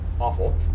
awful